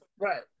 Right